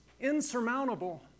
insurmountable